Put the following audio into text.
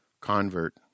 convert